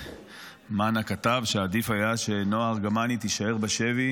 מאנה כתב שעדיף היה שנועה ארגמני תישאר בשבי